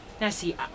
Nessie